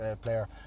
player